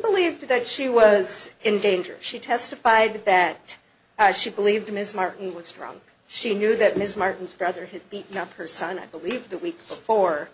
believed that she was in danger she testified that as she believed ms martin was drunk she knew that ms martin's brother had beaten up her son i believe that week for